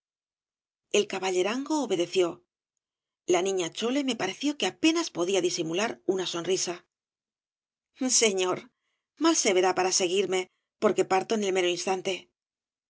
el caballerango obedeció la niña chole me pareció que apenas podía disimular una sonrisa señor mal se verá para seguirme por que parto en el mero instante